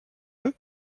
jeu